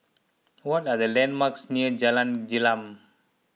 what are the landmarks near Jalan Gelam